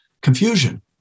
confusion